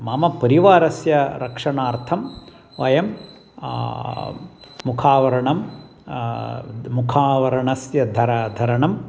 मम परिवारस्य रक्षणार्थं वयं मुखावरणं मुखावरणस्य धारणं धरणम्